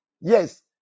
Yes